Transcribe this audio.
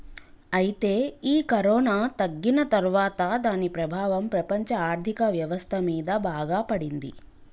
అయితే ఈ కరోనా తగ్గిన తర్వాత దాని ప్రభావం ప్రపంచ ఆర్థిక వ్యవస్థ మీద బాగా పడింది